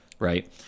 Right